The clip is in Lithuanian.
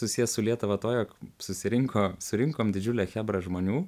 susiję su lietuva tuo jog susirinko surinkom didžiulę chebrą žmonių